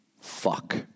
fuck